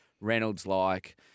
Reynolds-like